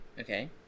Okay